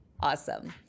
Awesome